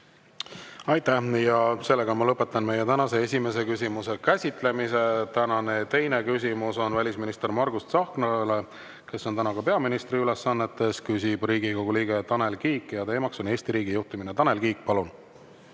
Aitäh! Lõpetan esimese küsimuse käsitlemise. Teine küsimus on välisminister Margus Tsahknale, kes on täna ka peaministri ülesannetes. Küsib Riigikogu liige Tanel Kiik ja teema on Eesti riigi juhtimine. Tanel Kiik, palun!